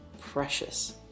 precious